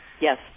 Yes